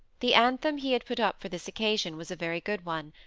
the anthem he had put up for this occasion was a very good one,